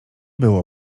było